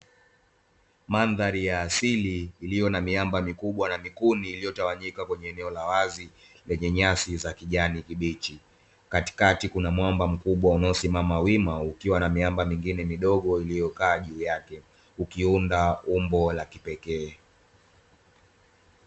Mandhari ya asili ikiwa na milima mikubwa na vikundi vilivyo katika eneo la wazi lenye nyasi za kijani kibichi, katikati kuna mwamba mkubwa unaosimama wima ukiwa na miamba mingine midogo iliyo juu yake ukiunda umbo la kipekee.